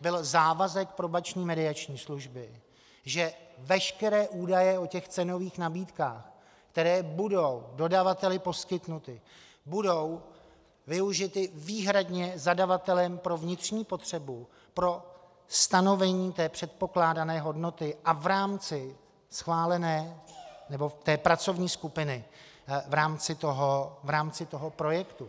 byl závazek Probační mediační služby, že veškeré údaje o cenových nabídkách, které budou dodavateli poskytnuty, budou využity výhradně zadavatelem pro vnitřní potřebu, pro stanovení té předpokládané hodnoty a v rámci té pracovní skupiny, v rámci toho projektu.